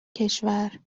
کشور